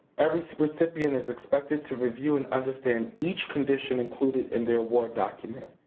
every recipient is expected to review and understand each condition included in the award document.